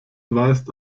weist